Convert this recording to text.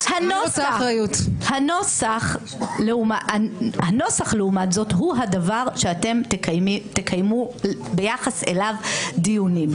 הנוסח לעומת זאת הוא הדבר שתקיימו ביחס אליו דיונים.